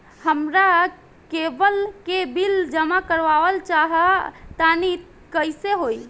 हमरा केबल के बिल जमा करावल चहा तनि कइसे होई?